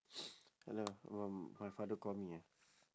hello no my father call me ah